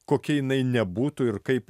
kokia jinai nebūtų ir kaip